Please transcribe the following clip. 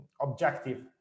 objective